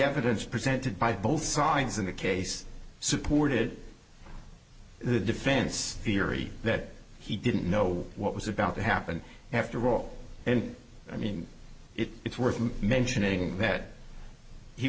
evidence presented by both sides in the case supported the defense theory that he didn't know what was about to happen after all and i mean it it's worth mentioning that he